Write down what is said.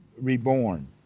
reborn